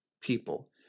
People